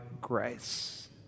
grace